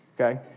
okay